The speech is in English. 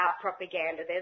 propaganda